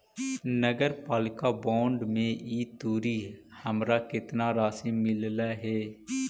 नगरपालिका बॉन्ड में ई तुरी हमरा केतना राशि मिललई हे?